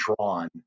drawn